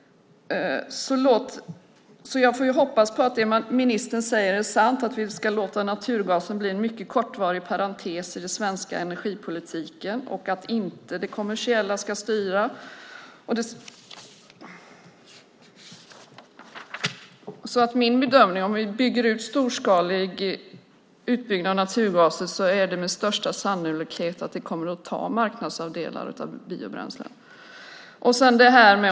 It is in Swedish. Jag får hoppas att det som ministern säger är sant, alltså att vi ska låta naturgasen bli en mycket kortvarig parentes i den svenska energipolitiken och att det kommersiella inte ska styra. Min bedömning är att om vi gör en storskalig utbyggnad av naturgasnätet kommer det med största sannolikhet att ta marknadsandelar från biobränslen.